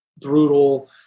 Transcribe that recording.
brutal